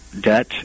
debt